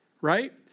right